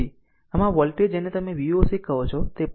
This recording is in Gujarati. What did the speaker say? આમ આ વોલ્ટેજ જેને તમે Voc કહો છો તે છે અને આ છે